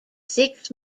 six